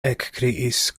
ekkriis